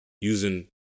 using